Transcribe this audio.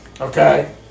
okay